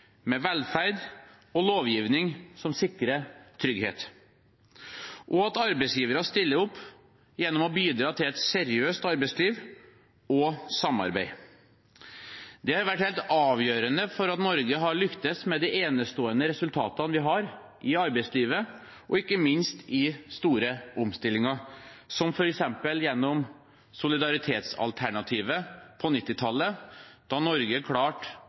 med velferd og lovgivning som sikrer trygghet, og der arbeidsgivere stiller opp gjennom å bidra til et seriøst arbeidsliv og samarbeid. Det har vært helt avgjørende for at Norge har lyktes med de enestående resultatene vi har i arbeidslivet, og ikke minst i store omstillinger, som f.eks. gjennom solidaritetsalternativet på 1990-tallet, da Norge klarte